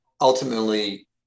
ultimately